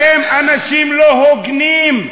אתם אנשים לא הוגנים.